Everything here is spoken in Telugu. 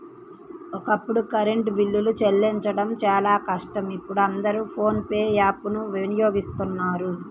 ఒకప్పుడు కరెంటు బిల్లులు చెల్లించడం చాలా కష్టం ఇప్పుడు అందరూ ఫోన్ పే యాప్ ను వినియోగిస్తున్నారు